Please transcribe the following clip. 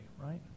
right